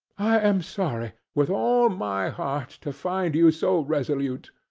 i am sorry, with all my heart, to find you so resolute.